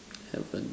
seven